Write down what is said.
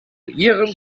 ihrem